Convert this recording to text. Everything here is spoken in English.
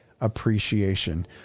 appreciation